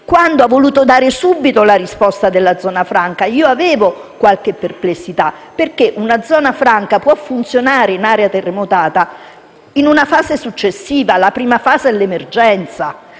quando ha voluto dare subito la risposta con la zona franca. Avevo qualche perplessità, perché una zona franca può funzionare, in un'area terremotata, in un momento successivo alla prima fase dell'emergenza.